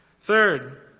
Third